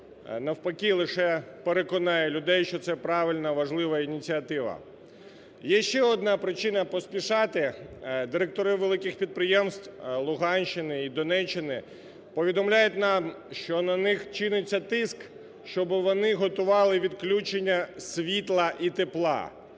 навпаки, лише переконає людей, що це правильна, важлива ініціатива. Є ще одна причина поспішати. Директори великих підприємств Луганщини і Донеччини повідомляють нам, що на них чиниться тиск, щоб вони готували відключення світла і тепла.